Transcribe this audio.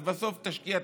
אז בסוף תשקיע,